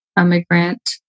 immigrant